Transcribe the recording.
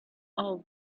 all